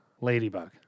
Ladybug